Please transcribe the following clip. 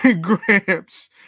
Gramps